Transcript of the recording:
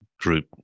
group